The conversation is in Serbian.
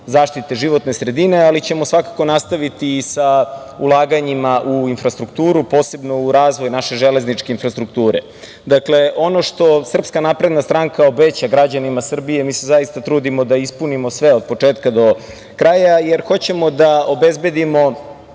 zaštite životne sredine, ali ćemo svakako nastaviti i sa ulaganjima u infrastrukturu, posebno u razvoj naše železničke infrastrukture. Dakle, ono što SNS obeća građanima Srbije, mi se zaista trudimo da ispunimo sve od početka do kraja, jer hoćemo da obezbedimo